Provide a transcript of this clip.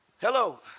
Hello